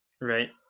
right